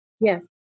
Yes